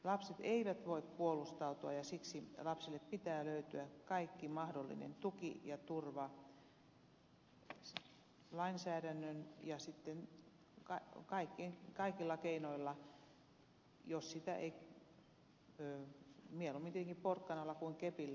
lapset eivät voi puolustautua ja siksi lapsille pitää löytyä kaikki mahdollinen tuki ja turva lainsäädännöllä ja kaikilla muilla keinoilla mieluummin tietenkin porkkanalla kuin kepillä